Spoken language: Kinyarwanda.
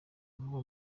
vuba